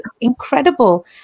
incredible